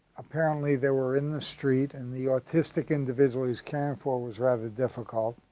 apparently they were in the street, and the autistic individual he was caring for was rather difficult,